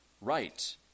right